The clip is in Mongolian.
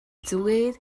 зүгээр